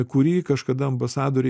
kurį kažkada ambasadorė